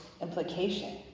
implication